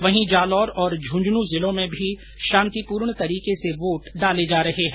वहीं जालौर और झुंझुनूं जिलों में भी शांतिपूर्ण तरीके से वोट डाले जा रहे हैं